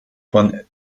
von